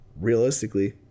realistically